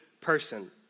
person